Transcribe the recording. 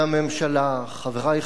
חברי חברי הכנסת,